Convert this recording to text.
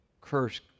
curse